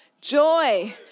Joy